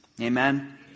Amen